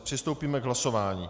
Přistoupíme k hlasování.